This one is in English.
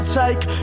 take